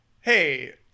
hey